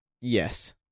Yes